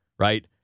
right